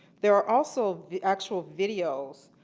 there are also the actual video